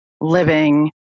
living